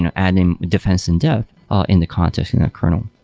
and adding defense and depth in the context in that kernel.